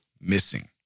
missing